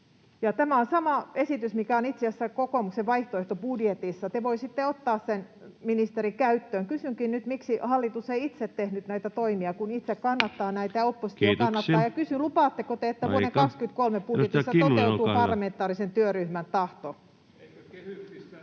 Tämä on sama esitys, mikä on itse asiassa kokoomuksen vaihtoehtobudjetissa. Te voisitte ottaa sen, ministeri, käyttöön. Kysynkin nyt, miksi hallitus ei itse tehnyt näitä toimia, kun itse kannattaa näitä ja oppositio kannattaa, ja kysyn, lupaatteko te, [Puhemies: Kiitoksia, aika!] että vuoden 2023 budjetissa toteutuu parlamentaarisen työryhmän tahto? [Jukka Gustafsson: